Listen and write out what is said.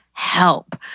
Help